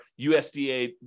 USDA